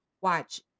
watch